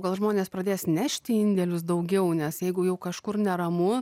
gal žmonės pradės nešti indėlius daugiau nes jeigu jau kažkur neramu